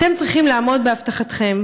אתם צריכים לעמוד בהבטחתכם,